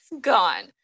gone